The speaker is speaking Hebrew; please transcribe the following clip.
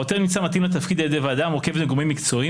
העותר נמצא מתאים לתפקיד על ידי ועדה המורכבת מגורמים מקצועיים,